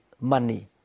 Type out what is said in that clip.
money